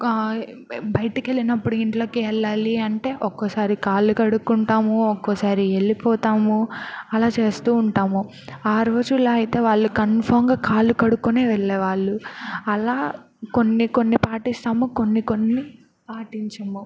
బయటికెళ్ళినప్పుడు ఇంట్లోకి వెళ్ళాలి అంటే ఒక్కోసారి కాళ్ళు కడుక్కుంటాము ఒక్కోసారి వెళ్ళిపోతాము అలా చేస్తూ ఉంటాము ఆ రోజుల్లో అయితే వాళ్ళు కంఫర్మ్గా కాళ్ళు కడుక్కునే వెళ్ళే వాళ్ళు అలా కొన్ని కొన్ని పాటిస్తాము కొన్ని కొన్ని పాటించము